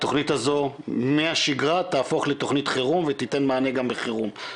התוכנית הזה מהשגרה תהפוך לתוכנית חירום ותיתן מענה גם בחירום,